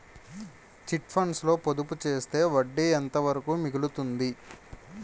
Chit funds లో పొదుపు చేస్తే వడ్డీ ఎంత వరకు మిగులుతుంది?